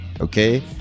Okay